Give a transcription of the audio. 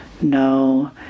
no